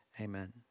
amen